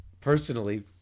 personally